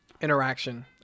interaction